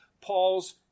Paul's